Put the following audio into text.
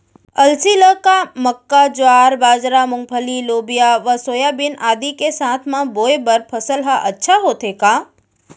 अलसी ल का मक्का, ज्वार, बाजरा, मूंगफली, लोबिया व सोयाबीन आदि के साथ म बोये बर सफल ह अच्छा होथे का?